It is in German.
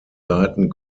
seiten